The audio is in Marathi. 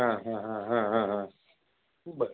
हां हां हां हां हां हां बरं